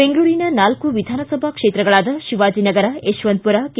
ಬೆಂಗಳೂರಿನ ನಾಲ್ಕು ವಿಧಾನಸಭಾ ಕ್ಷೇತ್ರಗಳಾದ ಶಿವಾಜಿ ನಗರ ಯಶವಂತಮರ ಕೆ